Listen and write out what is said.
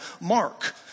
Mark